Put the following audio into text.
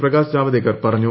പ്രകാശ് ജാവ്ദേക്കർ പറഞ്ഞു